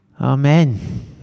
Amen